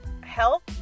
health